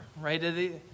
right